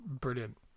brilliant